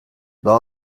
daha